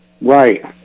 Right